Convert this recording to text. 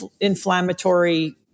inflammatory